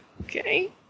Okay